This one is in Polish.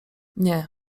nie